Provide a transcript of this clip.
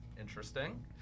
interesting